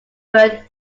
through